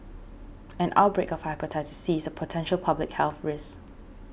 an outbreak of Hepatitis C is a potential public health risk